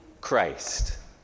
Christ